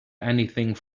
anything